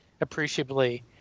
appreciably